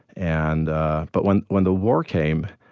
and ah but when when the war came,